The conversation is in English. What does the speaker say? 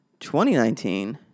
2019